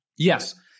Yes